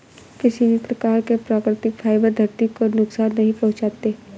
किसी भी प्रकार के प्राकृतिक फ़ाइबर धरती को नुकसान नहीं पहुंचाते